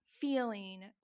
feeling